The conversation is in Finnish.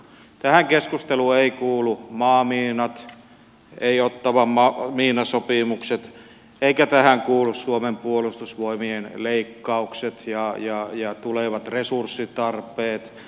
tähän keskusteluun eivät kuulu maamiinat eivät ottawan miinasopimukset eivätkä tähän kuulu suomen puolustusvoimien leikkaukset ja tulevat resurssitarpeet